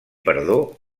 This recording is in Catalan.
perdó